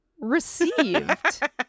received